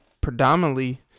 predominantly